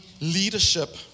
leadership